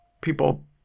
people